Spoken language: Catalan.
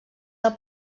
del